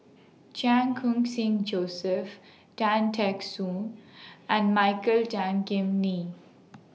Chan Khun Sing Joseph Tan Teck Soon and Michael Tan Kim Nei